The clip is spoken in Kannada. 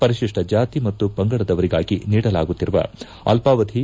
ಪರಿಟಿಷ್ಟ ಜಾತಿ ಮತ್ತು ಪಂಗಡದವರಿಗಾಗಿ ನೀಡಲಾಗುತ್ತಿರುವ ಅಲ್ಲಾವಧಿ